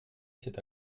cet